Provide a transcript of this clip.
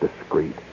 discreet